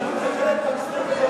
של הזמנים זה חלק מהמשחק הפרלמנטרי.